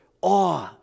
awe